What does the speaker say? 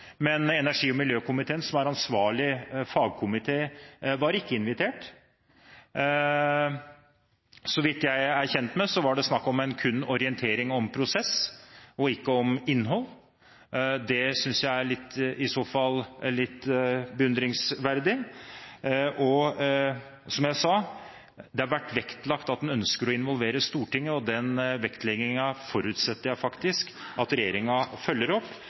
men energi- og miljøkomiteen, som er ansvarlig fagkomité, var ikke invitert. Så vidt jeg er kjent med, var det snakk om en orientering kun om prosess, ikke om innhold. Det synes jeg i så fall er litt forunderlig. Som jeg sa, det har vært vektlagt at en ønsker å involvere Stortinget, og den vektleggingen forutsetter jeg faktisk at regjeringen følger opp